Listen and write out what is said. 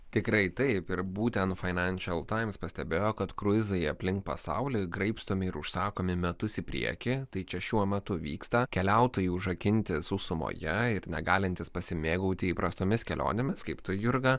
tikrai taip ir būtent fainenšinal taims pastebėjo kad kruizai aplink pasaulį graibstomi ir užsakomi metus į priekį tai čia šiuo metu vyksta keliautojai užrakinti sausumoje ir negalintys pasimėgauti įprastomis kelionėmis kaip tu jurga